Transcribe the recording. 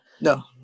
no